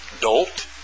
dolt